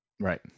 right